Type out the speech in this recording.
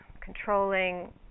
controlling